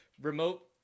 remote